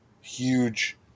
huge